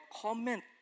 comment